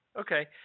Okay